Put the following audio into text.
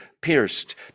pierced